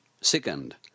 Second